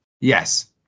yes